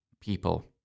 people